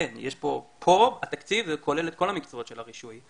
כן, פה התקציב כולל את כל המקצועות של הרישוי.